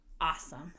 awesome